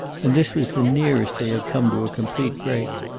and this was the nearest they had come to a complete break.